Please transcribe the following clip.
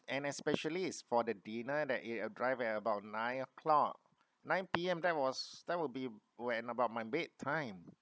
and especially is for the dinner that it arrived at about nine o'clock nine P_M that was that will be when about my bedtime